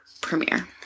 premiere